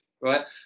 right